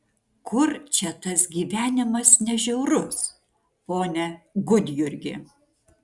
kur čia tas gyvenimas ne žiaurus pone gudjurgi